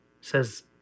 says